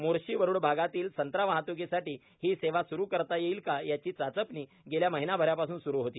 मोर्शी वरुड भागातील संत्रा वाहत्कीसाठी हि सेवा स्रू करता येईल का याची चाचपणी गेल्या महिन्याभरापासून स्रु होती